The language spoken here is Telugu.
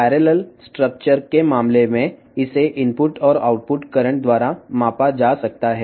పార్లల్ నిర్మాణం విషయంలో వారు ఇన్పుట్ మరియు అవుట్పుట్ కరెంట్ ద్వారా కొలవవచ్చు